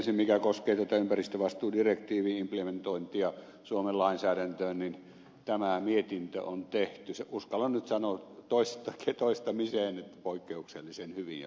ensin mikä koskee tätä ympäristövastuudirektiivin implementointia suomen lainsäädäntöön niin tämä mietintö on tehty sen uskallan nyt sanoa toistamiseen poikkeuksellisen hyvin ja perusteellisesti